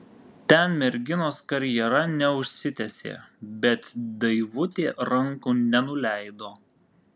ten merginos karjera neužsitęsė bet daivutė rankų nenuleido